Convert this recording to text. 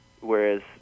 Whereas